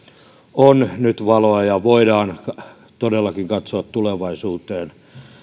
on nyt valoa ja voidaan todellakin katsoa tulevaisuuteen